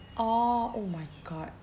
orh oh my god